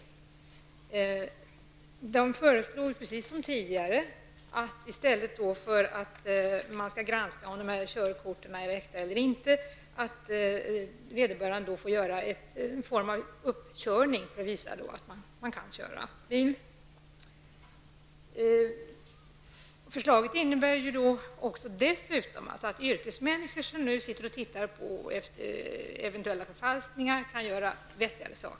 I utredningen föreslår man, precis som tidigare, att i stället för att granska om körkorten är äkta eller inte, att vederbörande får göra en uppkörning för att visa sin förmåga att köra bil. Förslaget innebär att yrkesmänniskor som letar efter eventuella förfalskningar kan göra vettigare saker.